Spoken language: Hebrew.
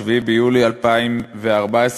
7 ביולי 2014,